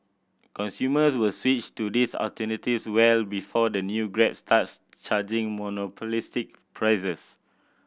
consumers will switch to these alternatives well before the new Grab starts charging monopolistic prices